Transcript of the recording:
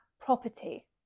property